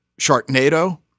Sharknado